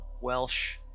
Welsh